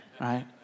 right